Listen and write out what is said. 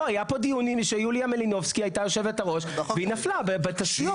היו פה דיונים כשיוליה מלינובסקי הייתה יושבת הראש והיא נפלה בתשתיות.